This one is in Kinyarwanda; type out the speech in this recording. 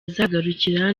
azagarukira